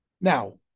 Now